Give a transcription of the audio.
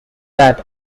that